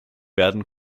werden